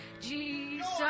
Jesus